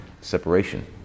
separation